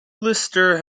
lister